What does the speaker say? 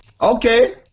Okay